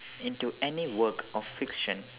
into any work of fiction